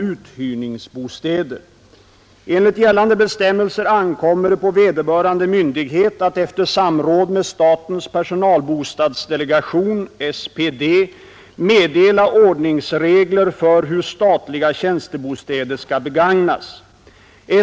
Enligt gällande bestämmelser ankommer det på vederbörande myndighet att efter samråd med statens personalbostadsdelegation meddela ordningsregler för hur statliga tjänstebostäder skall begagnas.